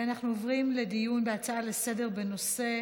אנחנו עוברים לדיון בהצעה לסדר-היום בנושא: